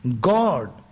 God